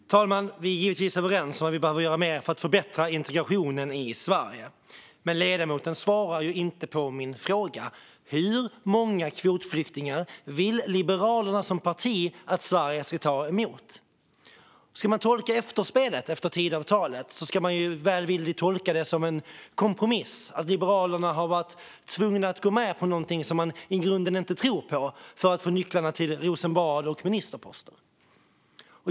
Fru talman! Vi är givetvis överens om att vi behöver göra mer för att förbättra integrationen i Sverige. Men ledamoten svarar inte på min fråga: Hur många kvotflyktingar vill Liberalerna som parti att Sverige ska ta emot? Efterspelet efter Tidöavtalet kan välvilligt tolkas som en kompromiss - att Liberalerna har varit tvungna att gå med på någonting de i grunden inte tror på för att få nycklarna till Rosenbad och ministerposter.